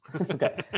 Okay